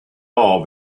all